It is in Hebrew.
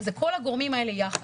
זה כל הגורמים האלה יחד.